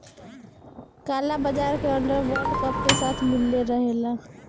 काला बाजार के अंडर वर्ल्ड के साथ मिलले रहला